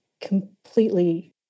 completely